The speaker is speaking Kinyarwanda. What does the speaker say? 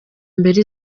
mbere